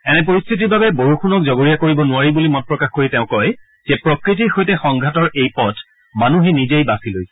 এনে পৰিস্থিতিৰ বাবে বৰযুণক জগৰীয়া কৰিব নোৱাৰি বুলি মত প্ৰকাশ কৰি তেওঁ কয় যে প্ৰকৃতিৰ সৈতে সংঘাতৰ এই পথ মানুহেই নিজেই বাচি লৈছে